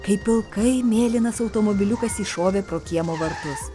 kaip pilkai mėlynas automobiliukas įšovė pro kiemo vartus